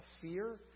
fear